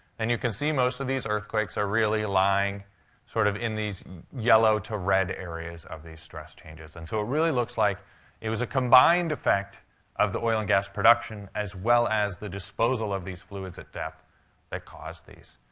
and you can see most of these earthquakes are really lying sort of in these yellow to red areas of these stress changes. and so it really looks like it was a combined effect of the oil and gas production as well as the disposal of these fluids at depth that caused these.